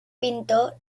pintor